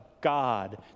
God